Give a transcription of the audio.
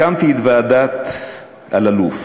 הקמתי את ועדת אלאלוף.